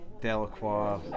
Delacroix